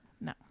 No